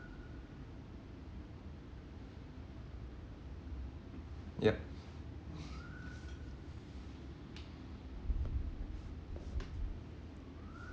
yup